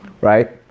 right